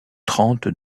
trente